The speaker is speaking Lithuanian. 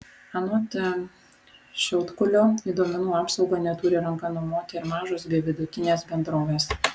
anot šiaudkulio į duomenų apsaugą neturi ranka numoti ir mažos bei vidutinės bendrovės